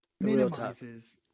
minimizes